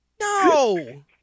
No